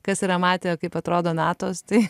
kas yra matę kaip atrodo natos tai